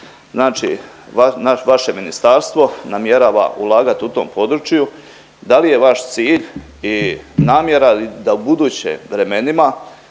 Znači vaše ministarstvo namjerava ulagat u tom području. Da li je vaš cilj i namjera da ubuduće vremenima